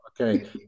okay